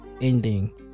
Ending